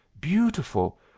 Beautiful